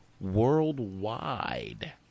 worldwide